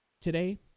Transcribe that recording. Today